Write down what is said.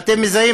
ואתם מזהים.